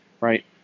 right